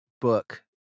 book